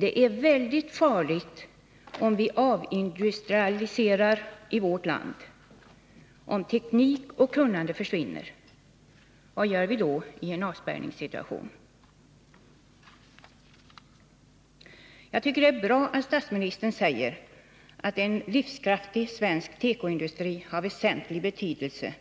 Det är mycket farligt om vi avindustrialiserar i vårt land, om teknik och kunnande försvinner. Vad gör vi då i en avspärrningssituation? Jag tycker det är bra att statsministern säger att en livskraftig svensk tekoindustri är av väsentlig betydelse